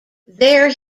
there